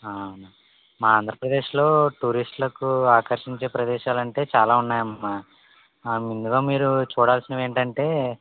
మా ఆంధ్రప్రదేశ్లో టూరిస్టులకు ఆకర్షించే ప్రదేశాలు అంటే చాలా ఉన్నాయ్ అమ్మ అందులో మీరు చూడాల్సింది ఏంటంటే